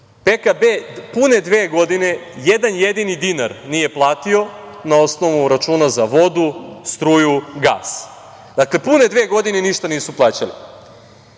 PKB pune dve godine jedan jedini dinar nije platio na osnovu računa za vodu, struju, gas. Dakle, pune dve godine ništa nisu